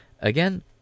Again